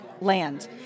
land